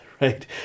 right